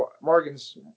Morgan's